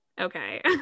okay